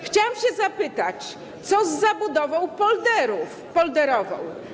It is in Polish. Chciałam się zapytać: Co z zabudową polderów, polderową?